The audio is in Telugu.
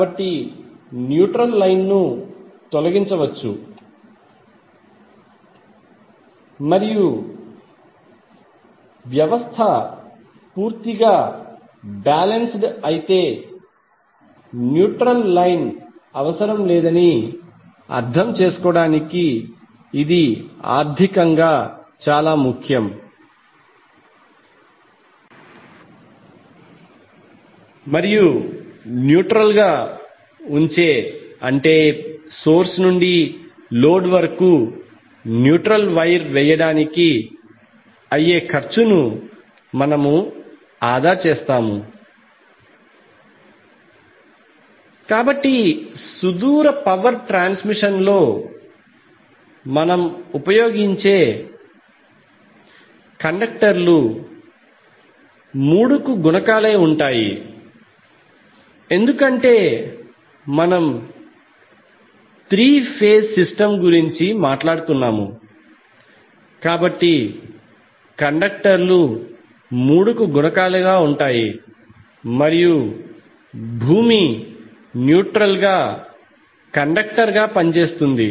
కాబట్టి న్యూట్రల్ లైన్ ను తొలగించవచ్చు ఎందుకంటే కరెంట్ ప్రవాహం లేనందున మీరు న్యూట్రల్ లైన్ ను తొలగించవచ్చు మరియు వ్యవస్థ పూర్తిగా బాలెన్స్డ్ అయితే న్యూట్రల్ లైన్ అవసరం లేదని అర్థం చేసుకోవడానికి ఇది ఆర్థికంగా చాలా ముఖ్యం మరియు న్యూట్రల్ గా ఉంచే అంటే సోర్స్ నుండి లోడ్ వరకు న్యూట్రల్ వైర్ వేయడానికి అయ్యే ఖర్చును మనము ఆదా చేస్తాము కాబట్టి సుదూర పవర్ ట్రాన్స్మిషన్ లో మనం ఉపయోగించే కండక్టర్లు మూడు కు గుణకాలై ఉంటాయి ఎందుకంటే మనం త్రీ ఫేజ్ సిస్టమ్ గురించి మాట్లాడుతున్నాము కాబట్టి కండక్టర్లు మూడు గుణకాలుగా ఉంటాయి మరియు భూమి న్యూట్రల్ కండక్టర్గా పనిచేస్తుంది